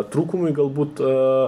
trūkumui galbūt